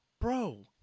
bro